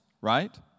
right